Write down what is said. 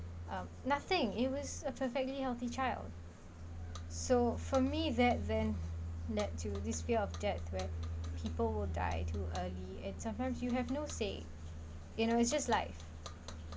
uh nothing it was a perfectly healthy child so for me that then led to this fear of death where people will die too early and sometimes you have no say you know it's just like